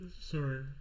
sorry